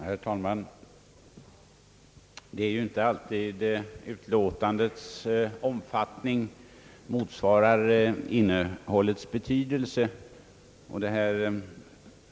Herr talman! Det är ju inte alltid som utlåtandets omfattning motsvarar innehållets betydelse.